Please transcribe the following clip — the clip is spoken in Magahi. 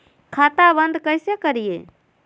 खाता बंद कैसे करिए?